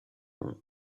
monde